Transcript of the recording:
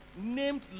named